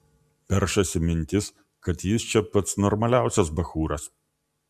peršasi mintis kad jis čia pats normaliausias bachūras